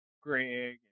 Greg